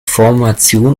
formation